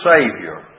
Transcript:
Savior